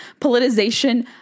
politicization